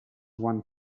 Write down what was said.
one